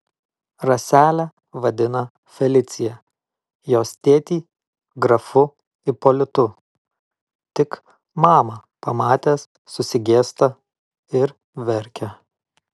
raselę vadina felicija jos tėtį grafu ipolitu tik mamą pamatęs susigėsta ir verkia